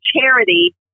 charity